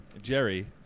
jerry